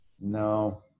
No